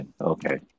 okay